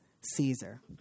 Caesar